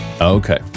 Okay